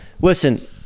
Listen